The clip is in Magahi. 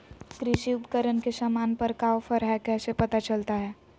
कृषि उपकरण के सामान पर का ऑफर हाय कैसे पता चलता हय?